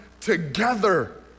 together